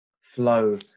flow